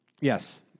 Yes